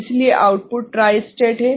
इसलिए output tri state है